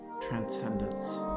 transcendence